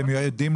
לא תמיד.